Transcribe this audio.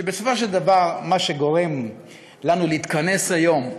ובסופו של דבר מה שגורם לנו להתכנס היום,